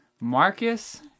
Marcus